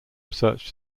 research